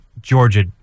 Georgia